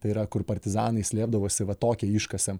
tai yra kur partizanai slėpdavosi va tokią iškasėm